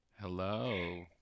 hello